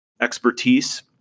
expertise